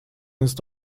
ist